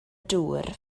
dŵr